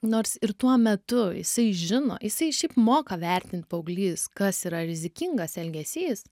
nors ir tuo metu jisai žino jisai šiaip moka vertint paauglys kas yra rizikingas elgesys